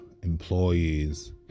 Employees